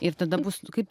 ir tada bus kaip